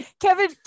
Kevin